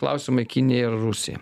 klausimai kinija ir rusija